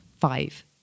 five